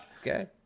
Okay